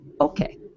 okay